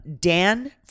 Dan